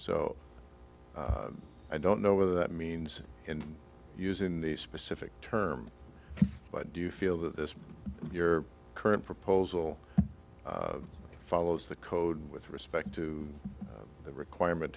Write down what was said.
so i don't know whether that means in using the specific term but do you feel that this your current proposal follows the code with respect to the requirement